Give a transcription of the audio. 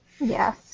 Yes